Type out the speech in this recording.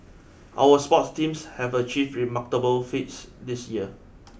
our sports teams have achieved remarkable feats this year